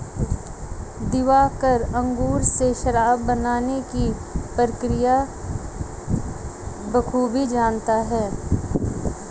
दिवाकर अंगूर से शराब बनाने की प्रक्रिया बखूबी जानता है